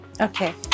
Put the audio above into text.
Okay